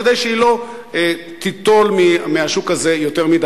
כדי שהיא לא תיטול מהשוק הזה יותר מדי.